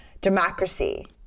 democracy